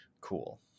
cool